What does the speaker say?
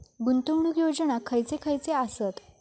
गुंतवणूक योजना खयचे खयचे आसत?